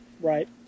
Right